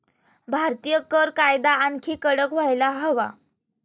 भारतीय कर कायदा आणखी कडक व्हायला हवा